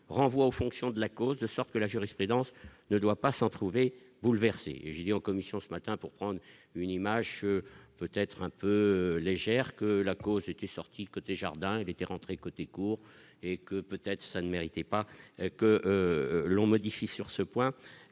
renvoie en fonction de la cause, de sorte que la jurisprudence ne doit pas s'en trouver bouleversée jeudi en commission ce matin pour prendre une image, peut-être un peu légère que la cause était sortie côté jardin était rentré, côté cour et que peut-être ça ne méritait pas que l'on modifie sur ce point